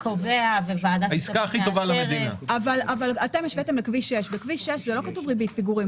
אבל אתם השוויתם לכביש 6. בכביש 6 לא כתוב "ריבית פיגורים",